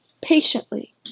patiently